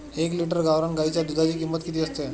एक लिटर गावरान गाईच्या दुधाची किंमत किती असते?